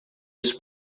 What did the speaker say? isso